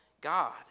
God